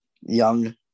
young